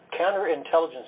counterintelligence